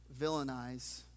villainize